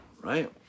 right